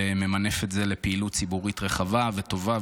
וממנף את זה לפעילות ציבורית רחבה וטובה,